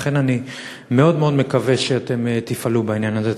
לכן אני מאוד מאוד מקווה שאתם תפעלו בעניין הזה.